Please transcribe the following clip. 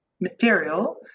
material